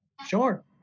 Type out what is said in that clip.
Sure